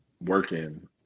working